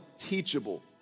teachable